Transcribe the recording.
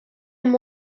amb